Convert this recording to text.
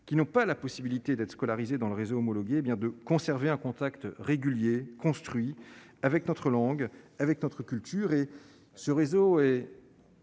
qui n'ont pas la possibilité d'être scolarisés dans le réseau homologué bien de conserver un contact régulier construit avec notre langue avec notre culture et ce réseau est